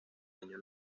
año